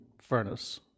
furnace